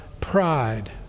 pride